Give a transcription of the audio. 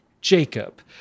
Jacob